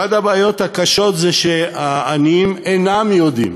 אחת הבעיות הקשות היא שהעניים אינם יודעים,